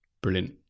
Brilliant